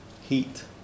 heat